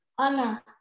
Anna